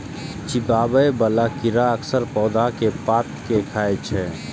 चिबाबै बला कीड़ा अक्सर पौधा के पात कें खाय छै